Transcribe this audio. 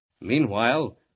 Meanwhile